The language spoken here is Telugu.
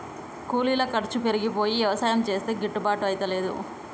కూలీల ఖర్చు పెరిగిపోయి యవసాయం చేస్తే గిట్టుబాటు అయితలేదు